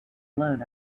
blown